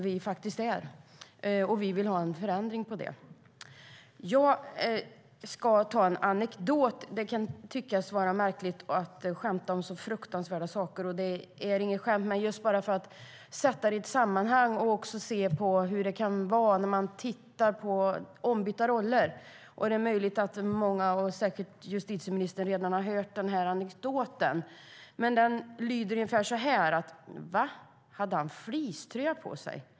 Vi vill ha en förändring. Jag ska återge en anekdot. Det kan tyckas märkligt att skämta om så fruktansvärda saker - det här är inget skämt - men jag vill sätta frågan i ett sammanhang och se på ombytta roller. Det är möjligt att många, säkert justitieministern, redan har hört anekdoten. Anekdoten lyder ungefär så här: Va, hade han fleecetröja på sig?